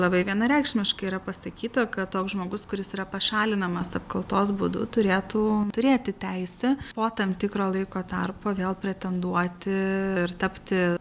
labai vienareikšmiškai yra pasakyta kad toks žmogus kuris yra pašalinamas apkaltos būdu turėtų turėti teisę po tam tikro laiko tarpo vėl pretenduoti ir tapti